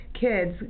kids